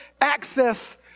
access